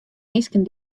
minsken